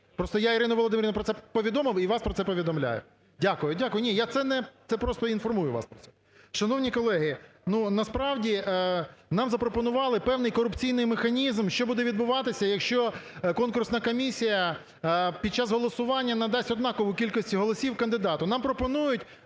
Просто я Ірину Володимирівну про це повідомив і вас про це повідомляю. Дякую. Дякую. Ні, це просто інформую вас. Шановні колеги, насправді, нам запропонували певний корупційний механізм, що буде відбуватися, якщо конкурсна комісія під час голосування надасть однакову кількість голосів кандидату. Нам пропонують,